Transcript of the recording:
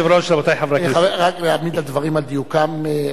רק להעמיד את הדברים על דיוקם.